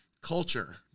culture